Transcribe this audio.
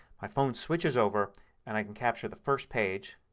my phone switches over and i can capture the first page.